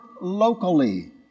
locally